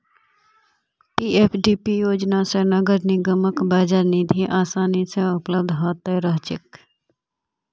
PFDP योजना स नगर निगमक बाजार निधि आसानी स उपलब्ध ह त रह छेक